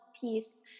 peace